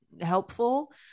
helpful